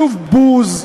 שוב בוז.